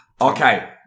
Okay